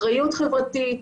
אחריות חברתית,